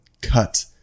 cut